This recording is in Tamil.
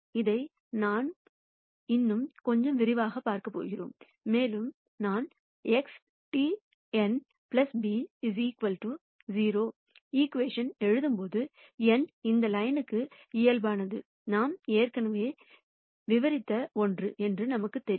இதை நாம் இன்னும் கொஞ்சம் விரிவாகப் பார்க்கப் போகிறோம் மேலும் நான் XTn b 0 ஈகிவேஷன் எழுதும்போது n இந்த லைன்க்கு இயல்பானது நாம் ஏற்கனவே விவரித்த ஒன்று என்று நமக்கு தெரியும்